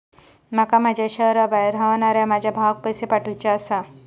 माका माझ्या शहराबाहेर रव्हनाऱ्या माझ्या भावाक पैसे पाठवुचे आसा